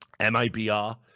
MIBR